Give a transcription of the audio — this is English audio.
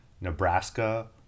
Nebraska